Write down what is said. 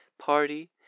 party